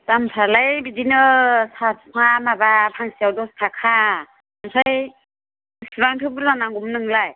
दामफ्रालाय बिदिनो फिफाङा माबा फांसेआव दस' थाखा ओमफ्राय बिसिबांथो बुरजा नांगौमोन नोंनोलाय